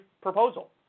proposal